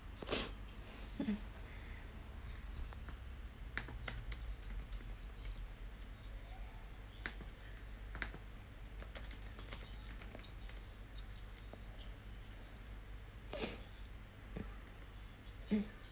mm mm